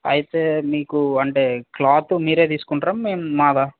అయితే మీకు అంటే క్లాత్ మీరే తీసుకుంటారా మేం మావా